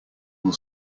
will